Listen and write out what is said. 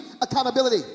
accountability